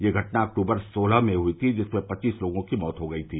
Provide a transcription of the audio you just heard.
यह घटना अक्टूबर सोलह में हुई थी जिसमें पच्चीस लोगों की मौत हो गई थी